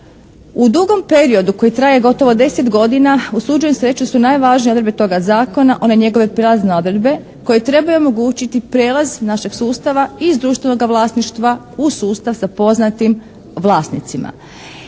u dugom periodu koji traje gotovo 10 godina usuđujem se reći uz sve najvažnije odredbe toga zakona, one njegove prazne odredbe koje trebaju omogućiti prijelaz našeg sustava iz društvenoga vlasništva u sustav sa poznatim vlasnicima.